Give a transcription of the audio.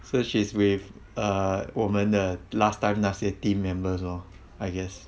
so she's with uh 我们的 last time 那些 team members lor I guess